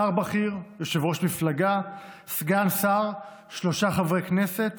שר בכיר יושב-ראש מפלגה, סגן שר ושלושה חברי כנסת.